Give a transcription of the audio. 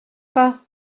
pas